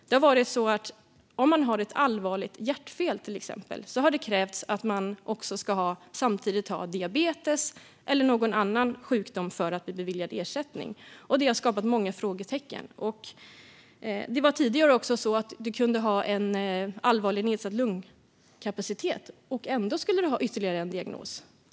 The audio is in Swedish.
Det har till exempel krävts att den som har ett allvarligt hjärtfel samtidigt ska ha diabetes eller någon annan sjukdom för att bli beviljad ersättning. Detta har skapat många frågetecken. Det var tidigare också så att man kunde ha en allvarligt nedsatt lungkapacitet men ändå skulle ha ytterligare en diagnos.